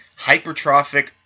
hypertrophic